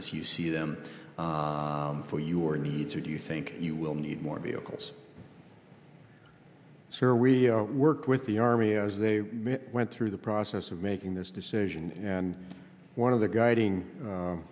as you see them for you or need to do you think you will need more vehicles sir we worked with the army as they went through the process of making this decision and one of the guiding